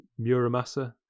Muramasa